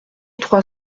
trois